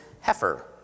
heifer